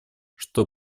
что